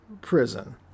Prison